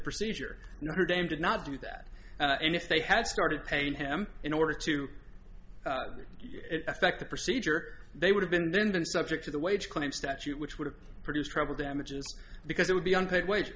notre dame did not do that and if they had started paying him in order to affect the procedure they would have been then been subject to the wage claim statute which would have produced treble damages because it would be unpaid wage